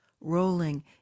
rolling